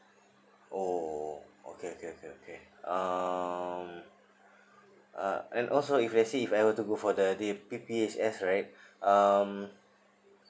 oh okay okay okay okay um uh and also if let's say if I want to go for the the P_P_H_S right um